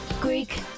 Greek